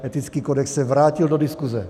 Etický kodex se vrátil do diskuze.